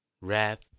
Wrath